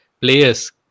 players